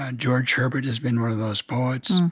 and george herbert has been one of those poets.